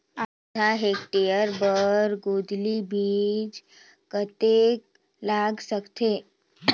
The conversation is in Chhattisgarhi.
आधा हेक्टेयर बर गोंदली बीच कतेक लाग सकथे?